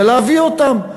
ולהביא אותם.